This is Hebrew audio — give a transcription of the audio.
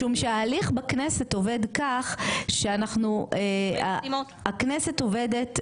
משום שההליך בכנסת עובד כך שהכנסת עובדת